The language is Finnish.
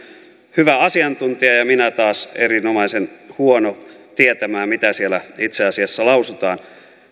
hyvä asiantuntija ja minä taas erinomaisen huono tietämään mitä siellä itse asiassa lausutaan